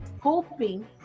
hoping